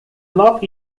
lop